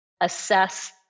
assess